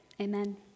amen